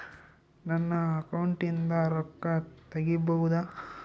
ನನ್ನ ಅಕೌಂಟಿಂದ ರೊಕ್ಕ ತಗಿಬಹುದಾ?